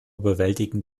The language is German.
bewältigen